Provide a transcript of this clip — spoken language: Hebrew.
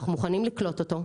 אנחנו מוכנים לקלוט אותו,